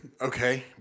okay